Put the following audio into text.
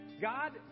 God